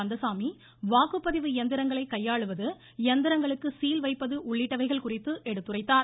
கந்தசாமி வாக்குப்பதிவு இயந்திரங்களை கையாளுவது இயந்திரங்களுக்கு சீல் வைப்பது உள்ளிட்டவைகள் குறித்து எடுத்துரைத்தார்